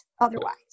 otherwise